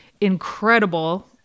incredible